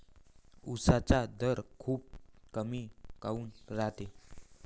उसाचा दर खूप कमी काऊन रायते?